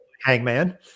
Hangman